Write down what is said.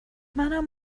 منم